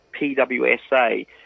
PwSA